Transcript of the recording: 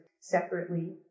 separately